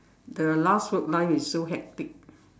the last work life is so hectic